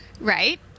right